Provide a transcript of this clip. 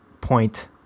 point